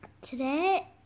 today